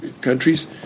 countries